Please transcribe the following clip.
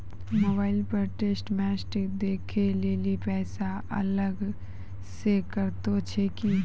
Mobile पर statement देखे लेली पैसा अलग से कतो छै की?